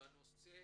בנושא